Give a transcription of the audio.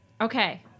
Okay